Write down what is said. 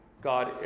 God